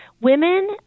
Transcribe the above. women